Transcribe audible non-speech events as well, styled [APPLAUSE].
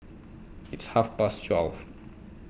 its Half Past twelve [NOISE]